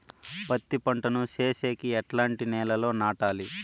పత్తి పంట ను సేసేకి ఎట్లాంటి నేలలో నాటాలి?